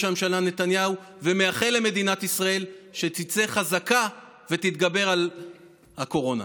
הממשלה נתניהו ומאחל למדינת ישראל שתצא חזקה ותתגבר על הקורונה.